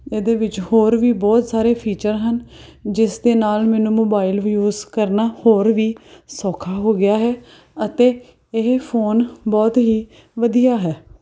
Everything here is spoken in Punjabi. ਇਹਦੇ ਵਿੱਚ ਹੋਰ ਵੀ ਬਹੁਤ ਸਾਰੇ ਫੀਚਰ ਹਨ ਜਿਸ ਦੇ ਨਾਲ਼ ਮੈਨੂੰ ਮੋਬਾਇਲ ਵੀ ਯੂਜ਼ ਕਰਨਾ ਹੋਰ ਵੀ ਸੌਖਾ ਹੋ ਗਿਆ ਹੈ ਅਤੇ ਇਹ ਫ਼ੋਨ ਬਹੁਤ ਹੀ ਵਧੀਆ ਹੈ